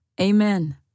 Amen